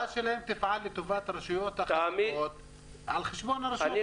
ההצעה שלהם תפעל לטובת הרשויות החזקות על חשבון הרשויות החלשות.